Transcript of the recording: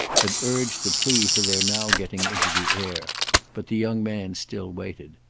had urged a plea for their now getting into the air but the young man still waited.